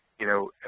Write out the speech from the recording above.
you know,